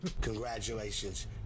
Congratulations